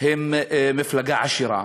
הם מפלגה עשירה.